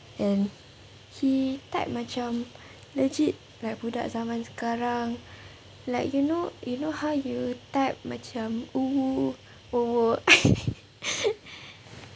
and he type macam legit like budak zaman sekarang like you know you know how you type macam oo !whoa! !whoa!